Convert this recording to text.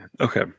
Okay